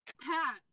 Pat